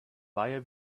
buyer